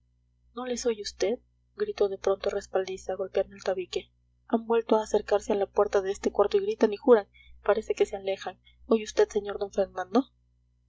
no les oye vd gritó de pronto respaldiza golpeando el tabique han vuelto a acercarse a la puerta de este cuarto y gritan y juran parece que se alejan oye vd señor d fernando